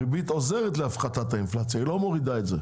הריבית עוזרת להפחתת האינפלציה אבל היא לא מורידה אותה.